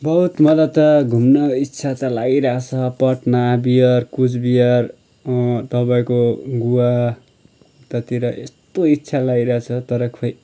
बहुत मलाई त घुम्न इच्छा त लागिरहेको छ पटना बिहार कुचबिहार तपाईँको गोवा उतातिर यस्तो इच्छा लागिरहेको छ तर खै